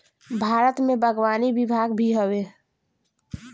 भारत में बागवानी विभाग भी हवे